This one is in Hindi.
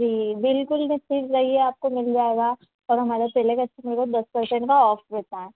जी बिल्कुल निश्चिंत रहिए आपको मिल जाएगा और हमारे पहले कस्टमर को दस पर्सेंट का ऑफ़ रहता है